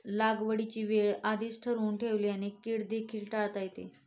लागवडीची वेळ आधीच ठरवून ठेवल्याने कीड देखील टाळता येते